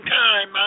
time